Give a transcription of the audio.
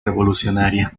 revolucionaria